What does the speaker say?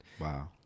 Wow